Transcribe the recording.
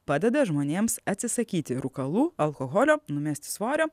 padeda žmonėms atsisakyti rūkalų alkoholio numesti svorio